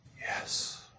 Yes